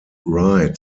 right